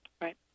Right